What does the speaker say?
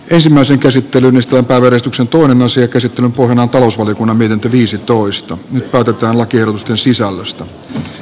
ensimmäisen käsittelynestopäivystyksen tuotannon sekä sitten puhenopeus oli kun vienti nyt päätetään lakiehdotusten sisällöstä